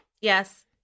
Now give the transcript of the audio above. Yes